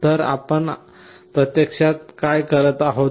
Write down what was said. तर आपण प्रत्यक्षात काय करत आहोत